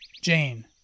Jane